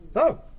oh.